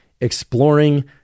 exploring